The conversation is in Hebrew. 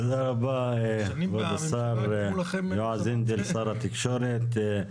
תודה רבה כבוד השר יועז הנדל, שר התקשורת.